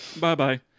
Bye-bye